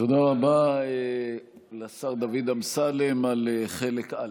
תודה רבה לשר דוד אמסלם על חלק א'.